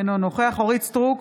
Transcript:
אינו נוכח אורית מלכה סטרוק,